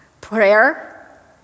Prayer